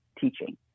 teaching